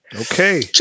Okay